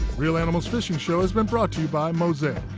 reel animals fishing show has been brought to you by mosaic.